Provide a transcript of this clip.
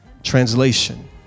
Translation